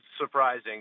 surprising